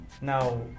Now